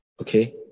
Okay